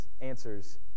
answers